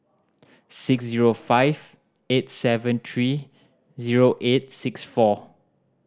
six zero five eight seven three zero eight six four